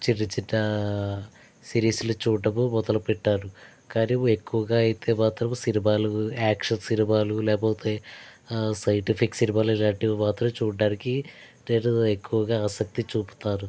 చిన్న చిన్న సిరీస్లు చూడటం మొదలు పెట్టాను కానీ ఎక్కువగా అయితే మాత్రం సినిమాలు యాక్షన్ సినిమాలు లేకపోతే సైంటిఫిక్ సినిమాలు ఇవి రెండు మాత్రం చూడటానికి నేను ఎక్కువగా ఆసక్తి చూపుతాను